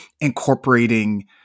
incorporating